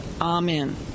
amen